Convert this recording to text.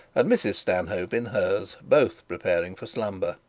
and mrs stanhope in hers, both prepared for slumber.